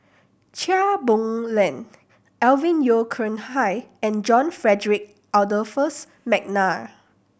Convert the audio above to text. Chia Boon Leong Alvin Yeo Khirn Hai and John Frederick Adolphus McNair